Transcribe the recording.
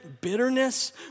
bitterness